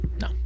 No